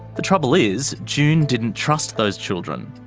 the trouble is, june didn't trust those children,